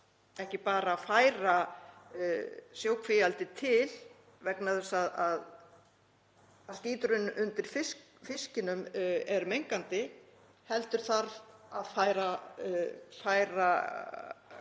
ekki bara að færa sjókvíaeldið til vegna þess að skíturinn undir fiskinum er mengandi heldur þarf að færa